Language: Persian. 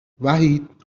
وحید